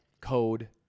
code